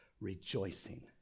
rejoicing